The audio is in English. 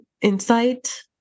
insight